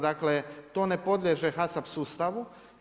Dakle to ne podliježe HASAP sustavu.